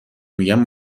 میگم